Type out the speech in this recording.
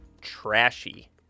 Trashy